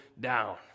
down